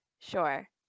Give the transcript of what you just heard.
Sure